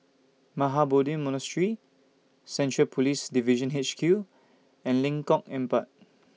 Mahabodhi Monastery Central Police Division H Q and Lengkok Empat